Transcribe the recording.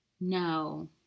No